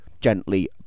gently